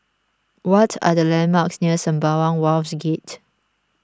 what are the landmarks near Sembawang Wharves Gate